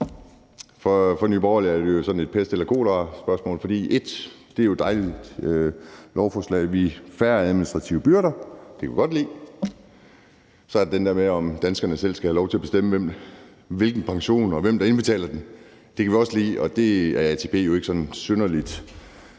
For Nye Borgerlige er det jo sådan et pest eller kolera-spørgsmål. For det første er det jo et dejligt lovforslag i forhold til at få færre administrative byrder; det kan vi godt lide. Så er der det der med, om danskerne selv skal have lov til at bestemme, hvilken pension de skal have, og hvem der indbetaler den; det kan vi også lide, og det er ATP jo ikke sådan synderlig